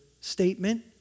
statement